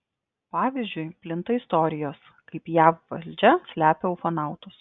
pavyzdžiui plinta istorijos kaip jav valdžia slepia ufonautus